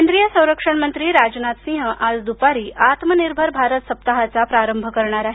केंद्रीय संरक्षण मंत्री राजनाथसिंह आज दुपारी आत्मनिर्भर भारत सप्ताहाचा प्रारंभ करणार आहेत